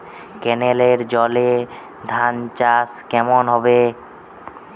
কেনেলের জলে ধানচাষ কেমন হবে?